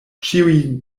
ĉiuj